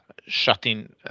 shutting